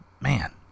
Man